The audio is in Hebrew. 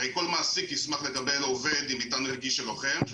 הרי כל מעסיק ישמח לקבל עובד עם --- של לוחם שהוא